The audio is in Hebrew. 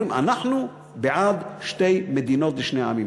אומרים: אנחנו בעד שתי מדינות לשני עמים.